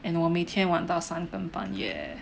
and 我每天玩到三根半夜